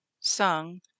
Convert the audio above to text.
sung